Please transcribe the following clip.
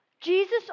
Jesus